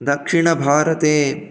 दक्षिणभारते